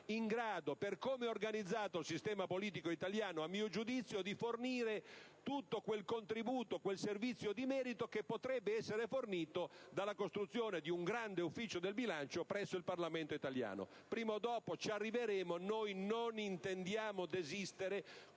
mio giudizio, per come è organizzato il sistema politico italiano, di fornire tutto quel contributo e quel servizio di merito che potrebbe essere fornito dalla costruzione di un grande ufficio del bilancio presso il Parlamento italiano. Prima o dopo ci arriveremo; noi non intendiamo desistere.